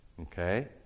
okay